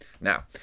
Now